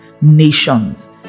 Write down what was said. Nations